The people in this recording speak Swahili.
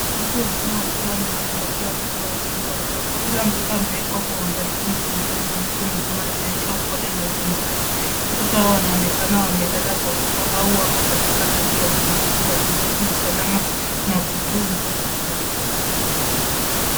Watu wazima wakiwa wamewakumbatia watoto wachanga watatu. Kila mtoto amewekwa kwa uangalifu mikononi mwa mtu mzima akionyesha upole na utunzaji. Watoto hawa wanaonekana wamelala fofofo au wako katika hali ya utulivu wakihisi usalama na kutunzwa.